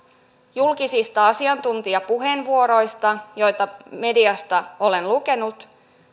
julkisista asiantuntijapuheenvuoroista joita mediasta olen lukenut